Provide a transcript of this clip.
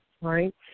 Right